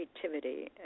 creativity